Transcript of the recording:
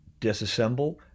disassemble